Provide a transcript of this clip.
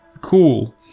cool